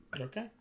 Okay